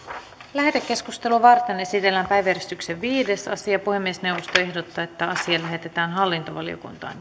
lähetekeskustelua varten esitellään päiväjärjestyksen viides asia puhemiesneuvosto ehdottaa että asia lähetetään hallintovaliokuntaan